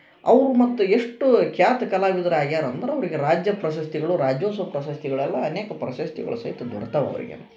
ಅವ್ರು ಮತ್ತೆ ಎಷ್ಟು ಖ್ಯಾತ ಕಲಾವಿದರು ಆಗ್ಯಾರಂದ್ರ ಅವ್ರಿಗೆ ರಾಜ್ಯ ಪ್ರಶಸ್ತಿಗಳು ರಾಜ್ಯೋತ್ಸವ ಪ್ರಶಸ್ತಿಗಳೆಲ್ಲ ಅನೇಕ ಪ್ರಶಸ್ತಿಗಳು ಸಹಿತ ದೊರ್ತಾವೆ ಅವರಿಗೆ